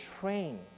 train